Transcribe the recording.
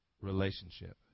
relationship